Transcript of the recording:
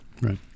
Right